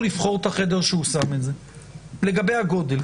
לבחור את החדר שהוא שם את זה לגבי הגודל?